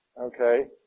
okay